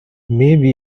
maybe